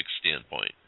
standpoint